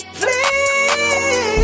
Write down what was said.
please